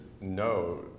no